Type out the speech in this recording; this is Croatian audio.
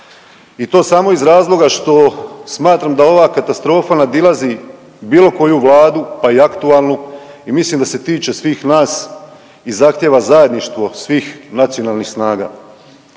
i to samo iz razloga što smatram da ova katastrofa nadilazi bilo koju vladu pa i aktualnu i mislim da se tiče svih nas i zahtjeva zajedništvo svih nacionalnih snaga.